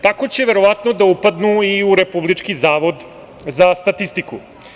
Tako će verovatno da upadnu i Republički zavod za statistiku.